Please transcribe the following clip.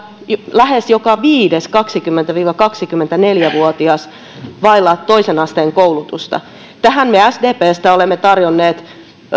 lähes joka viides kaksikymmentä viiva kaksikymmentäneljä vuotias vailla toisen asteen koulutusta tähän me sdpstä olemme tarjonneet